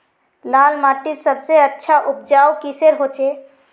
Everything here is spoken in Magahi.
लाल माटित सबसे अच्छा उपजाऊ किसेर होचए?